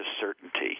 certainty